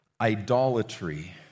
idolatry